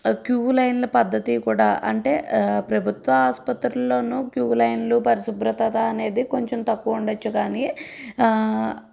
queue లైన్లో పద్ధతి కూడా అంటే ప్రభుత్వ ఆసుపత్రుల్లోను క్యూ లైన్లు పరిశుభ్రత అనేది కొంచెం తక్కువ ఉండొచ్చు కానీ